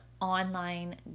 online